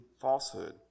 falsehood